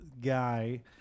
guy